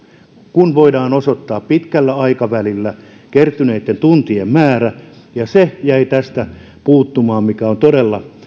kun voidaan osoittaa pitkällä aikavälillä kertyneitten tuntien määrä se jäi tästä puuttumaan mikä on todella